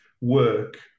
work